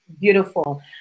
beautiful